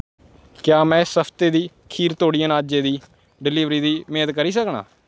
क्या मैं इस हफ्ते दी खीर तोड़ी अनाजें दी डलीवरी दी मेद करी सकनां